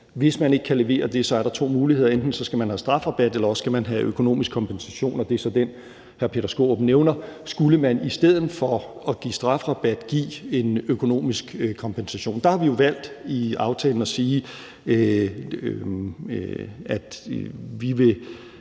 Hvis man ikke kan levere det, er der to muligheder: Enten skal man have strafrabat, eller også skal man have økonomisk kompensation. Og det er så den, hr. Peter Skaarup nævner: Skulle man i stedet for at give strafrabat give en økonomisk kompensation? Der har vi i aftalen valgt at sige, at vi vil